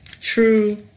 true